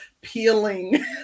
peeling